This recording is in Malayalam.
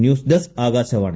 news desk Akashvani